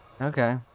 Okay